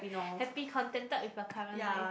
happy contented with your current life